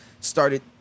started